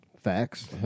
Facts